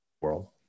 world